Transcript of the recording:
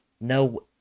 No